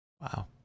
wow